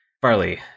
Farley